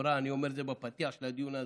לכאורה אני אומר את זה בפתיח של הדיון הזה.